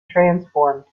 transformed